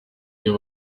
iyo